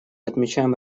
отмечаем